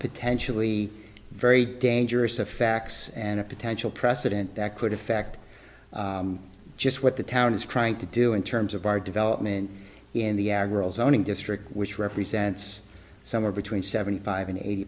potentially very dangerous the facts and a potential precedent that could affect just what the town is trying to do in terms of our development in the agro zoning district which represents somewhere between seventy five and eighty